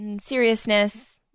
seriousness